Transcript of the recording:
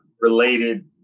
related